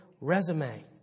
resume